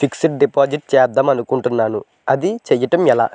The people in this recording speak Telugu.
ఫిక్సడ్ డిపాజిట్ చేద్దాం అనుకుంటున్నా అది చేయడం ఎలా?